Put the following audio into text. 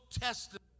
testament